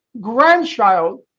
grandchild